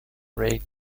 rate